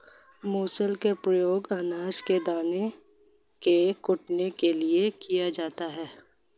मूसल का प्रयोग अनाज के दानों को कूटने के लिए किया जाता है